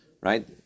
Right